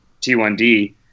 t1d